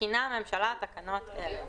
מתקינה הממשלה תקנות אלה: